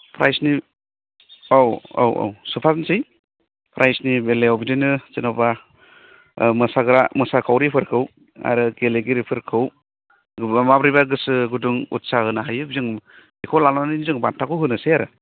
प्राइजनि औ औ औ सोफानोसै प्राइजनि बेलायाव बिदिनो जेन'बा मोसाग्रा मोसाखावरिफोरखौ आरो गेलेगिरिफोरखौ जेन'बा माब्रैब्ला गोसो गुदुं उत्सा होनो हायो जों बेखौ लानानै जों बान्थाखौ होनोसै आरो